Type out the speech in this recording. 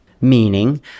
Meaning